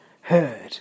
heard